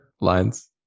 lines